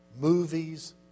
movies